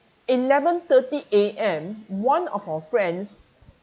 eleven thirty A_M one of our friends